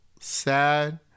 sad